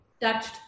touched